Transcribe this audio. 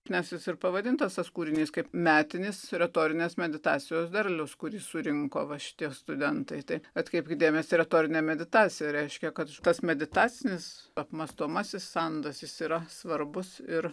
nes jis ir pavadintas tas kūrinys kaip metinis retorinės meditacijos derlius kurį surinko va šitie studentai tai atkreipkit dėmesį retorinė meditacija reiškia kad tas meditacinis apmąstomasis sandas jis yra svarbus ir